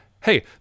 hey